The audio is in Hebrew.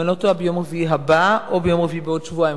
אם אני לא טועה ביום רביעי הבא או ביום רביעי בעוד שבועיים,